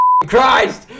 Christ